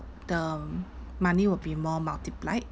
the um money will be more multiplied